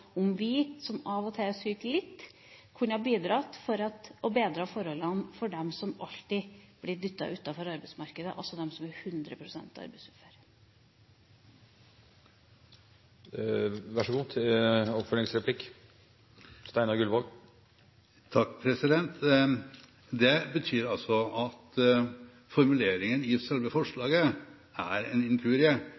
om vi som av og til er litt syke, kunne ha bidratt for å bedre forholdene for dem som alltid blir dyttet utenfor arbeidsmarkedet, altså de som er 100 pst. arbeidsuføre. Det betyr altså at formuleringen i selve forslaget er en inkurie og kunne vært mer presis, fordi det